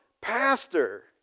pastor